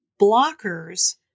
blockers